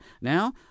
Now